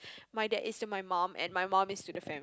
my dad is to my mum and my mum is to the fame